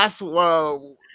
last